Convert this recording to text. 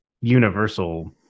universal